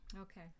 okay